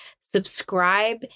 subscribe